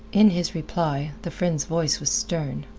in his reply, the friend's voice was stern.